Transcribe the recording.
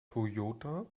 toyota